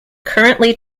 currently